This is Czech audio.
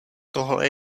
tohle